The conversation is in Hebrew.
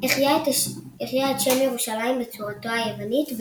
החיה את שם ירושלים בצורתו היוונית,